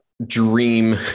dream